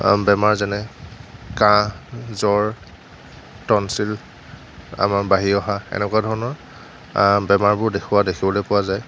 বেমাৰ যেনে কাঁহ জ্বৰ টনছিল আমাৰ বাঢ়ি অহা এনেকুৱা ধৰণৰ বেমাৰবোৰ দেখুওৱা দেখিবলৈ পোৱা যায়